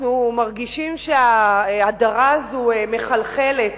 אנחנו מרגישים שההדרה הזו מחלחלת